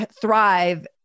thrive